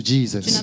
Jesus